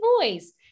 voice